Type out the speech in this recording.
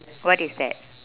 what is that